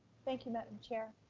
thank you. madam chair,